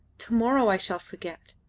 to-morrow i shall forget.